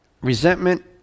resentment